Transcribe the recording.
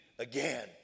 again